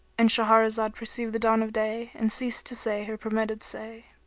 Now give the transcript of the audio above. and shahrazad perceived the dawn of day and ceased to say her permitted say.